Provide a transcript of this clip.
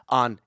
on